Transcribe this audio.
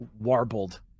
warbled